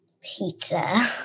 Pizza